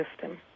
system